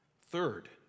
Third